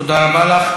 תודה רבה לך.